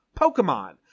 Pokemon